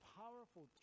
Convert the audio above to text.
powerful